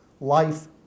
life